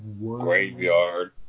graveyard